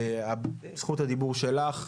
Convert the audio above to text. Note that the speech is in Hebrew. זכות הדיבור שלך,